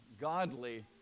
godly